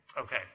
Okay